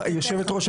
היושבת ראש,